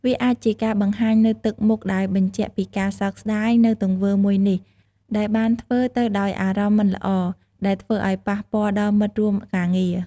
វាអាចជាការបង្ហាញនូវទឹកមុខដែលបញ្ជាក់ពីការសោកស្ដាយ នូវទង្វើមួយនេះដែលបានធ្វើទៅដោយអារម្មណ៍មិនល្អ ដែលធ្វើអោយប៉ះពាល់ដល់មិត្តរួមការងារ។